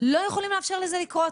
לא יכולים לאפשר לזה לקרות.